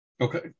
Okay